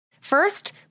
First